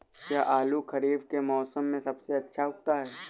क्या आलू खरीफ के मौसम में सबसे अच्छा उगता है?